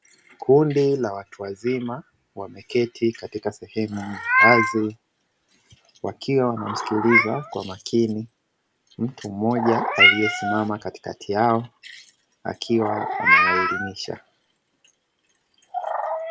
Kundi la watu wazima wameketi katika sehemu ya wazi wakiwa wanamsikiliza kwa makini mtu mmoja aliyesimama katikati yao akiwa anawaelimisha.